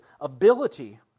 ability